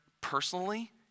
personally